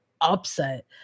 upset